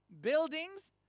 buildings